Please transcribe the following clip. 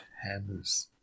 Hammers